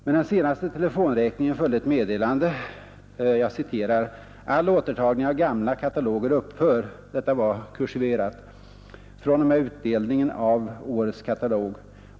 Med den senaste telefonräkningen följde ett meddelande: ”All återtagning av gamla kataloger upphör fr.o.m. utdelningen av årets katalog.